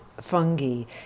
fungi